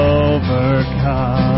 overcome